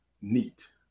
neat